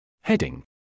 Heading